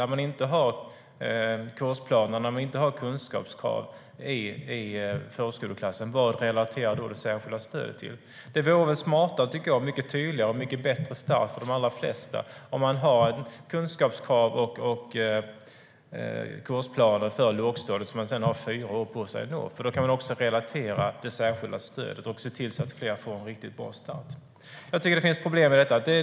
När man inte har kursplaner och kunskapskrav i förskoleklassen, vad relaterar då det särskilda stödet till? Det vore mycket smartare, mycket tydligare och en mycket bättre start för de allra flesta att ha kunskapskrav och kursplaner för lågstadiet som man har fyra år på sig att nå. Då kan man relatera till det särskilda stödet och se till att fler får en riktigt bra start. Jag tycker att det finns problem i detta.